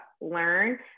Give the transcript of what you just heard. learn